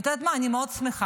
ואת יודעת מה, אני מאוד שמחה,